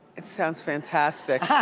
it sounds fantastic. yeah